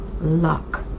Luck